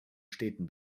städten